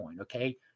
okay